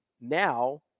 Now